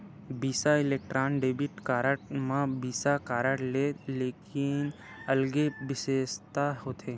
बिसा electron debit card म visa card ले थोकिन अलगे बिसेसता होथे